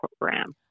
program